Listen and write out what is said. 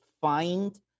find